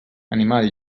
animal